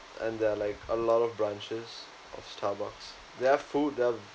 and there're like a lot of branches of starbucks they have food there